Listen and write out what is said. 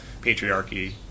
patriarchy